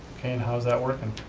okay, and how is that working?